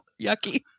yucky